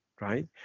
right